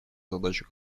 задачу